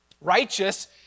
Righteous